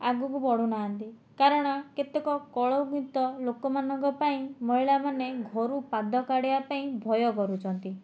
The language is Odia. ଆଗକୁ ବଢ଼ୁ ନାହାନ୍ତି କାରଣ କେତେକ କଳଙ୍କିତ ଲୋକମାନଙ୍କ ପାଇଁ ମହିଳାମାନେ ଘରୁ ପାଦ କାଢ଼ିବା ପାଇଁ ଭୟ କରୁଛନ୍ତି